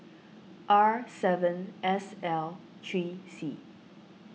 R seven S L three C